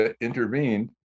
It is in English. intervened